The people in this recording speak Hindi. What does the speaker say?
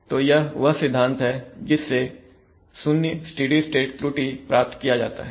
तो यह वह सिद्धांत है जिससे 0 स्टेडी स्टेट त्रुटि प्राप्त किया जाता है